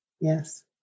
Yes